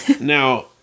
Now